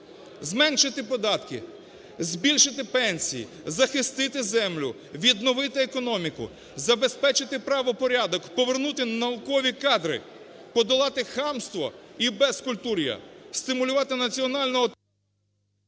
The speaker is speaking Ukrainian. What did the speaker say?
Зменшити податки, збільшити пенсії, захистити землю, відновити економіку, забезпечити правопорядок, повернути наукові кадри, подолати хамство і безкультур'я, стимулювати національного…